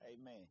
amen